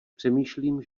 přemýšlím